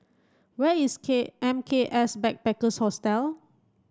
where is K M K S Backpackers Hostel